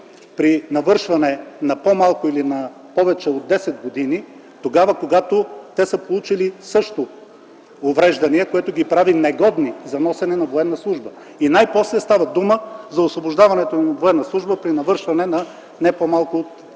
при навършване на по-малко или повече от 10 години, когато те са получили също увреждане, което ги прави негодни за носене на военна служба. И най-после става дума за освобождаването им от военна служба при навършване на не по-малко от 20 години